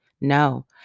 No